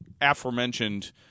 aforementioned